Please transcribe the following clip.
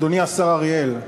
אדוני השר אריאל.